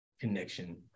connection